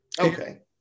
Okay